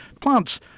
plants